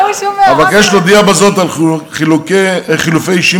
אבקש להודיע בזאת על חילופי אישים